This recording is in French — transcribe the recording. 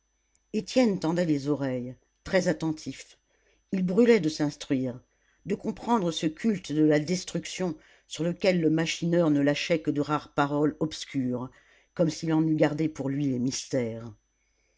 étienne tendait les oreilles très attentif il brûlait de s'instruire de comprendre ce culte de la destruction sur lequel le machineur ne lâchait que de rares paroles obscures comme s'il en eût gardé pour lui les mystères